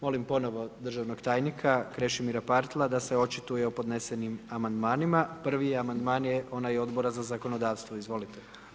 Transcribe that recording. Molim ponovno državnog tajnika Krešimira Partla da se očituje o podnesenim amandmanima, prvi amandman je onaj Odbora za zakonodavstvo, izvolite.